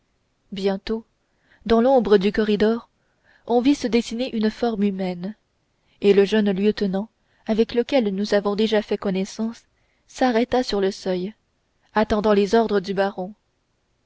bientôt dans l'ombre du corridor on vit se dessiner une forme humaine et le jeune lieutenant avec lequel nous avons déjà fait connaissance s'arrêta sur le seuil attendant les ordres du baron